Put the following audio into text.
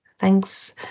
Thanks